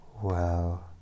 Wow